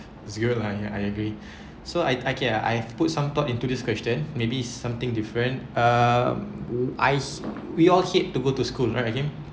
it's good lah ya I agree so I I okay lah I've put some thought into this question maybe something different uh ice we all hate to go to school right hakim